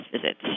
visits